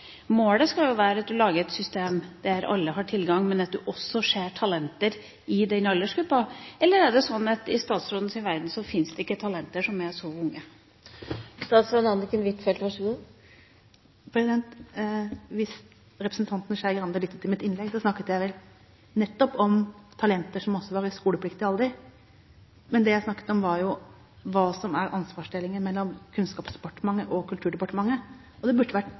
Målet skal jo være et system der alle har tilgang, men at en også ser talenter i denne aldersgruppa. Eller er det sånn at i statsrådens verden fins det ikke talenter som er så unge? Hvis representanten Skei Grande hadde lyttet til mitt innlegg, ville hun ha hørt at jeg snakket nettopp om talenter som er i skolepliktig alder. Men det jeg også snakket om, var hva som er ansvarsdelingen mellom Kunnskapsdepartementet og Kulturdepartementet. Det burde vært